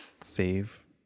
save